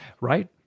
Right